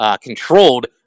controlled